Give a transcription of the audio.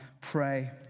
pray